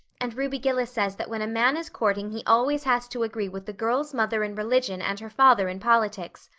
and ruby gillis says that when a man is courting he always has to agree with the girl's mother in religion and her father in politics.